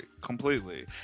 Completely